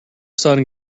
sun